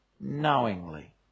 knowingly